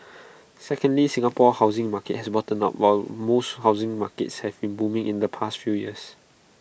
secondly Singapore's housing market has bottomed out while most housing markets have been booming in the past few years